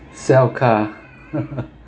sell car